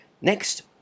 Next